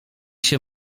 się